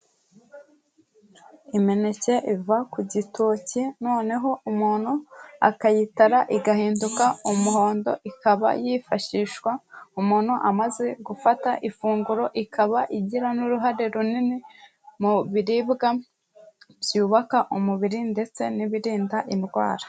Imineke iva ku gitoki noneho umuntu akayitara igahinduka umuhondo, ikaba yifashishwa umuntu amaze gufata ifunguro, ikaba igira n'uruhare runini mu biribwa byubaka umubiri ndetse n'birinda indwara.